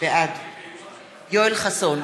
בעד יואל חסון,